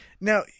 Now